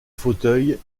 fauteuil